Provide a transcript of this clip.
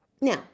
Now